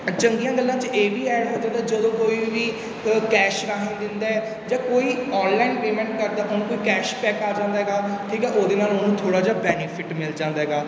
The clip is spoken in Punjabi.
ਚੰਗੀਆਂ ਗੱਲਾਂ 'ਚ ਇਹ ਵੀ ਐਡ ਹੋ ਜਾਂਦਾ ਜਦੋਂ ਕੋਈ ਵੀ ਕੈਸ਼ ਰਾਹੀਂ ਦਿੰਦਾ ਹੈ ਜਾਂ ਕੋਈ ਔਨਲਾਈਨ ਪੇਮੈਂਟ ਕਰਦਾ ਉਹਨੂੰ ਕੈਸ਼ਬੈਕ ਆ ਜਾਂਦਾ ਗਾ ਠੀਕ ਹੈ ਉਹਦੇ ਨਾਲ ਉਹਨੂੰ ਥੋੜ੍ਹਾ ਜਹਾ ਬੈਨੀਫਿਟ ਮਿਲ ਜਾਂਦਾ ਗਾ